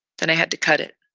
then i had to cut it.